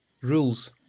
rules